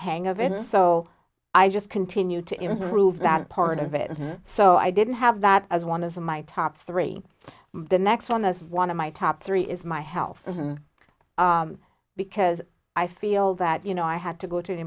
hang of it so i just continue to improve that part of it and so i didn't have that as one of my top three the next one is one of my top three is my health because i feel that you know i had to go to the